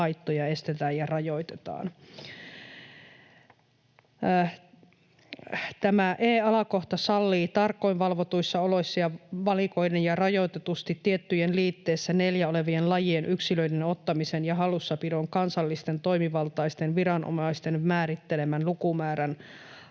Tämä e-alakohta sallii tarkoin valvotuissa oloissa ja valikoiden ja rajoitetusti tiettyjen liitteessä IV olevien lajien yksilöiden ottamisen ja hallussapidon kansallisten toimivaltaisten viranomaisten määrittelemän lukumäärän rajoissa.